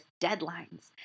deadlines